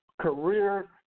career